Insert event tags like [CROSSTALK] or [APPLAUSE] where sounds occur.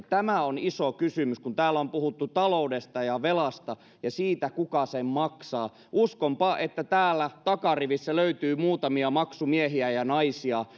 [UNINTELLIGIBLE] tämä on iso kysymys kun täällä on puhuttu taloudesta ja velasta ja siitä kuka sen maksaa uskonpa että täällä takarivissä löytyy muutamia maksumiehiä ja ja naisia [UNINTELLIGIBLE]